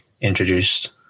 introduced